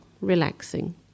Relaxing